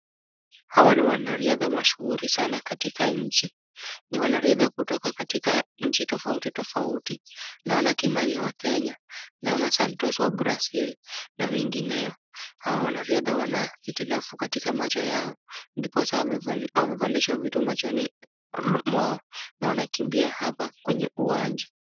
Hawa ni wanariadha mashuhuri sana katika nchi. Ni wanaridha kutoka katika nchi tofauti tofauti. Naona Kimani wa Kenya, naona Santos wa Brazil, na wengineo. Hawa wanariadha wana hitilafu katika macho yao. Ndiposa wamevalishwa vitu machoni mwao, na wanakimbia hapa kwenye uwanja.